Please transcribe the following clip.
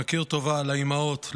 נכיר טובה לאימהות,